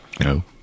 No